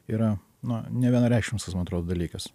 yra nu nevienareikšmis tas man atrodo dalykas